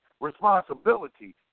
responsibility